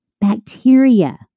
bacteria